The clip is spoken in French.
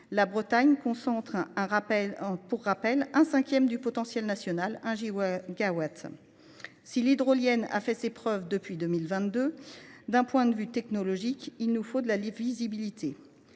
la Bretagne concentre un cinquième du potentiel national, soit un gigawatt. Si l’hydrolien a fait ses preuves depuis 2022, d’un point de vue technologique, il lui faut de la visibilité.